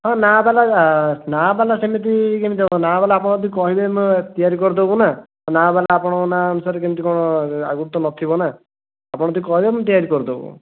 ନାଁ ବାଲା ନାଁ ବାଲା ସେମିତି କେମିତି ହେବ ନାଁ ବାଲା ଆପଣ ଯଦି କହିବେ ତିଆରି କରିଦେବୁ ନା ନାଁ ବାଲା ଆପଣଙ୍କ ନାଁ ଅନୁସାରେ କେମିତି କ'ଣ ଆଗରୁ ତ ନଥିବ ନା ଆପଣ ଯଦି କହିବେ ମୁଁ ଆମେ ତିଆରି କରିଦେବୁ